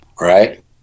right